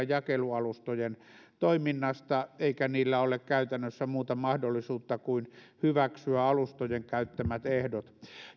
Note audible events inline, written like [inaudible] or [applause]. [unintelligible] jakelualustojen toiminnasta eikä niillä ole käytännössä muuta mahdollisuutta kuin hyväksyä alustojen käyttämät ehdot